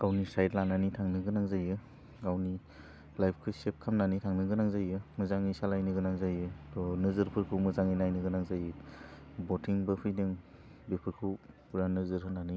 गावनि साइथ लानानै थांनो गोनां जायो गावनि लाइफखौ सेफ खालामनानै थांनो गोनां जायो मोजाङै सालायनो गोनां जायो थह नोजोरफोरखौ मोजाङै नायनो गोनां जायो बथिंबो फैदों बेफोरखौ फुरा नोजोर होनानै